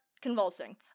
convulsing